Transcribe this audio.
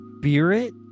Spirit